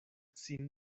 sin